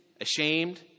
ashamed